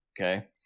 Okay